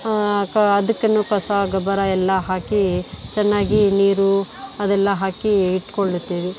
ಅದಕ್ಕೆ ನಾವು ಕಸ ಗೊಬ್ಬರ ಎಲ್ಲ ಹಾಕಿ ಚೆನ್ನಾಗಿ ನೀರು ಅದೆಲ್ಲ ಹಾಕಿ ಇಟ್ಕೊಂಡಿರ್ತೀವಿ